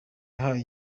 yahaye